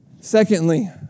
Secondly